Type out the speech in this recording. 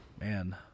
Man